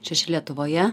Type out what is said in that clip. šeši lietuvoje